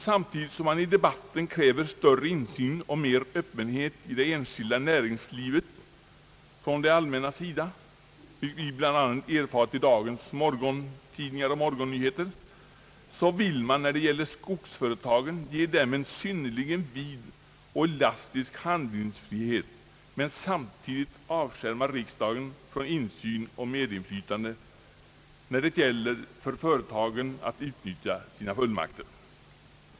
Samtidigt som man i debatten kräver större insyn för det allmänna och mer öppenhet inom det enskilda näringslivet — vilket vi bl.a. erfarit i dagens morgontidningar och radions morgonnyheter — vill man ge skogsföretagen en synnerli gen vid och elastisk handlingsfrihet men avskär på samma gång riksdagen från insyn och medinflytande när företagen skall utnyttja sina fullmakter.